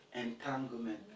entanglement